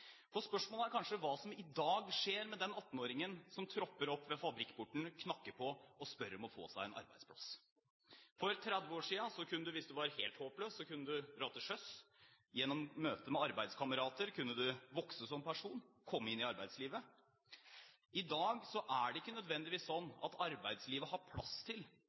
Spørsmålet er kanskje hva som i dag skjer med den 18-åringen som tropper opp ved fabrikkporten, knakker på døra og spør om å få seg en arbeidsplass. For 30 år siden kunne du, hvis du var helt håpløs, dra til sjøs. Gjennom møte med arbeidskamerater kunne du vokse som person, komme inn i arbeidslivet. I dag er det ikke nødvendigvis slik at arbeidslivet har plass til